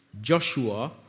Joshua